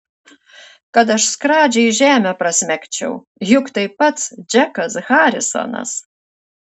kad aš skradžiai žemę prasmegčiau juk tai pats džekas harisonas